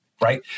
Right